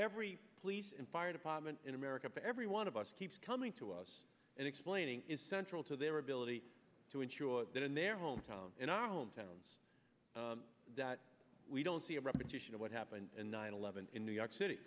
every police and fire department in america for every one of us keeps coming to us and explaining is central to their ability to ensure that in their hometown in our hometown that we don't see a repetition of what happened in nine eleven in new york city